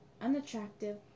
Unattractive